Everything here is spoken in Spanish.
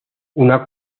una